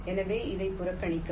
எனவே இதை புறக்கணிக்கவும்